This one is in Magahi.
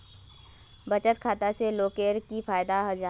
बचत खाता से लोगोक की फायदा जाहा?